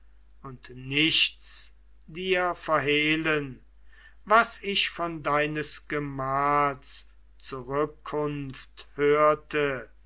und nichts dir verhehlen was ich von deines gemahls zurückkunft hörte